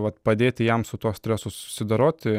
vat padėti jam su tuo stresu susidoroti